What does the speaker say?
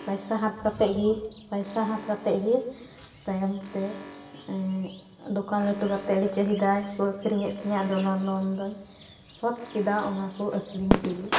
ᱯᱟᱭᱥᱟ ᱦᱟᱛ ᱠᱟᱛᱮᱫᱜᱮ ᱯᱟᱭᱥᱟ ᱦᱟᱛ ᱠᱟᱛᱮᱫᱜᱮ ᱛᱟᱭᱚᱢᱛᱮ ᱫᱳᱠᱟᱱ ᱞᱟᱹᱴᱩ ᱠᱟᱛᱮᱫ ᱟᱹᱰᱤ ᱪᱟᱹᱦᱤᱫᱟ ᱠᱚ ᱟᱹᱠᱷᱨᱤᱧᱮᱫ ᱛᱤᱧᱟᱹ ᱚᱱᱟ ᱞᱳᱱᱫᱚᱧ ᱥᱚᱛ ᱠᱮᱫᱟ ᱚᱱᱟᱠᱚ ᱟᱹᱠᱷᱨᱤᱧ ᱛᱮᱜᱮ